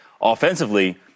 offensively